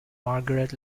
margaret